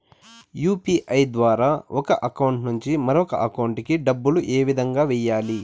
UPI ద్వారా ఒక account నుంచి మరొక అకౌంట్ కి డబ్బులు ఏ విధంగా వెయ్యాలి